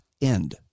end